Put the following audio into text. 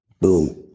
Boom